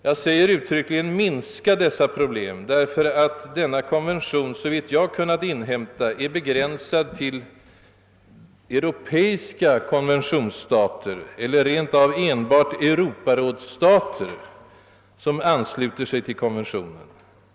Jag säger uttryckligen minska dessa problem därför att denna konvention såvitt jag kunnat inhämta är begränsad till europeiska konventionsstater eller rent av enbart Europarådsstater som ansluter sig till konventionen.